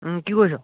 কি কৰিছ